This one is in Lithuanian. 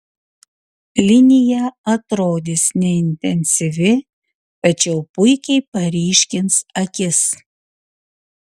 linija atrodys neintensyvi tačiau puikiai paryškins akis